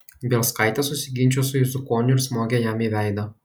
bielskaitė susiginčijo su juzukoniu ir smogė jam į veidą